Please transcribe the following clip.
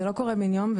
זה לא קורה בן יום,